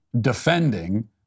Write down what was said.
defending